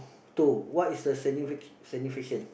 two what is a significant significance